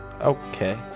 okay